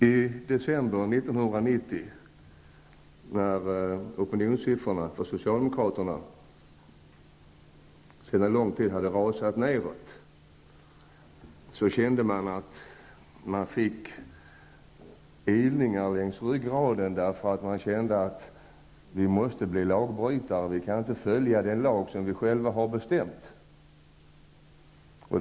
I december 1990, när opinionssiffrorna för socialdemokraterna under lång tid hade rasat, fick man ilningar längs ryggraden då man kände att vi måste bli lagbrytare; vi kan inte följa den lag som vi själva har stiftat.